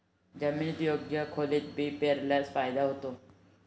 जमिनीत योग्य खोलीत बी पेरल्यास फायदा होतो